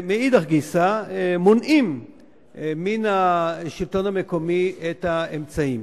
מאידך גיסא, מונעים מהשלטון המקומי את האמצעים.